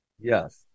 Yes